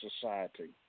society